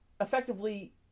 effectively